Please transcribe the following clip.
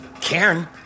Karen